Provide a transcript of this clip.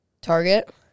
Target